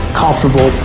comfortable